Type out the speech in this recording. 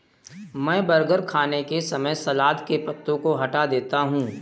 मैं बर्गर खाने के समय सलाद के पत्तों को हटा देता हूं